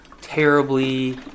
terribly